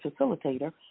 facilitator